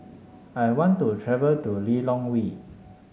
I want to travel to Lilongwe